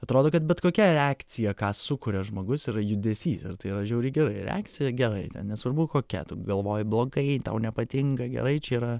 atrodo kad bet kokia reakcija ką sukuria žmogus yra judesys ir tai yra žiauriai gerai reakcija gerai nesvarbu kokia tu galvoji blogai tau nepatinka gerai čia yra